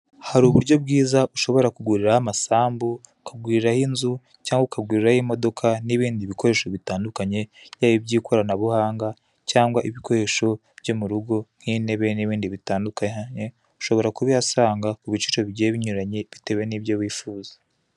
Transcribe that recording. Hari uburyo bwiza ushobora kuguriraho amasambu ukaguriraho inzu cyangwa ukaguriraho imodoka n'ibindi bikoresho bitandukanye, yaba iby'ikoranabuhanga cyangwa ibikoresho byo mu rugo nk'intebe n'ibindi bitandukanye ushobora ku bihasanga ku biciro bigiye binyuranye bitewe n'ibyo wifuza.